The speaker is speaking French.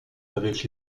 avec